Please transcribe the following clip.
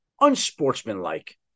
unsportsmanlike